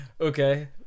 Okay